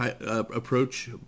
approach